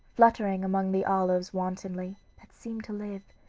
fluttering among the olives wantonly, that seemed to live,